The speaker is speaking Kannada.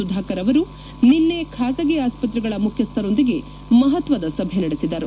ಸುಧಾಕರ್ ಅವರು ನಿನ್ನೆ ಖಾಸಗಿ ಆಸ್ಪತ್ರೆಗಳ ಮುಖ್ಯಸ್ಥರೊಂದಿಗೆ ಮಹತ್ವದ ಸಭೆ ನಡೆಸಿದರು